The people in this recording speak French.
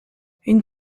une